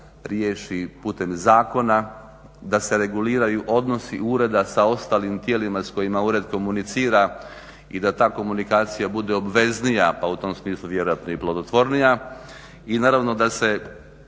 riješi putem zakona, da se reguliraju odnosi ureda sa ostalim tijelima s kojima ured komunicira i da ta komunikacija bude obveznija pa u tom smislu vjerojatno i plodotvornija i naravno da se